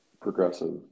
progressive